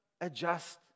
adjust